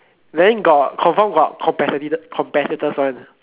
then got confirm got competitor competitors one